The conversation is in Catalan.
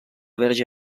verge